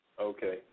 Okay